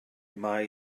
mae